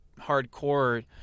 hardcore